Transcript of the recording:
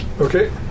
Okay